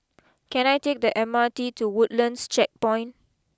can I take the M R T to Woodlands Checkpoint